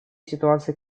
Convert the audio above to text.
ситуации